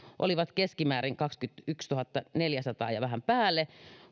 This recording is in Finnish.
olivat keskimäärin kaksikymmentätuhattaneljäsataa ja vähän päälle